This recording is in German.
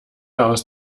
aus